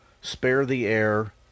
spare-the-air